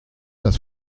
das